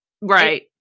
Right